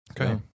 Okay